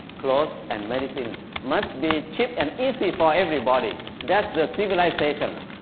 clothes and medicine must be cheap and easy for everybody, that's the civilization.